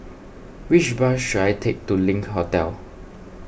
which bus should I take to Link Hotel